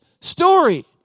story